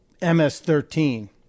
MS-13